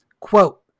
Quote